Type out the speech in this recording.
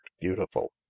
beautiful